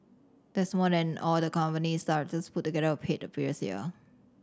that's more than all the company's directors put together were paid the previous year